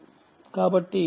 కాబట్టి 4